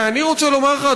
ואני רוצה לומר לך,